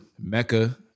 Mecca